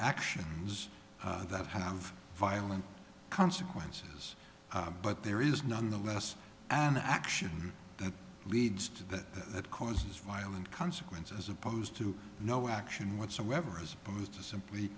actions that have violent consequences but there is none the less an action that leads to that it causes violent consequences opposed to no action whatsoever as opposed to simply